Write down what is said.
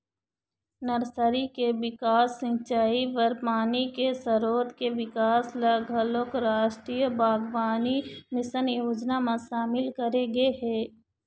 nursery के बिकास, सिंचई बर पानी के सरोत के बिकास ल घलोक रास्टीय बागबानी मिसन योजना म सामिल करे गे हे